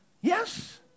Yes